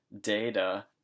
data